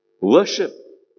Worship